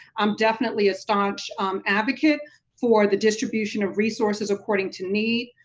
i'm definitely a staunch advocate for the distribution of resources according to need.